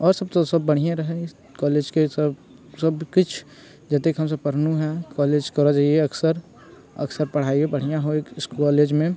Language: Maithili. आओर सभ तऽ सभ बढ़ियें रहै कॉलेजके सभ सभ किछु जत्तेक हम सभ पढ़लहुँ हेँ कॉलेज करै जाइए अक्सर अक्सर पढ़ाइयौ बढ़िआँ होइ कॉलेजमे